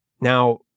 Now